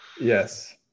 Yes